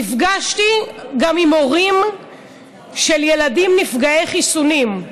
נפגשתי גם עם הורים של ילדים נפגעי חיסונים,